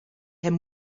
him